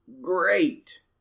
great